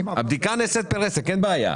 הבדיקה נעשית פר עסק, אין בעיה.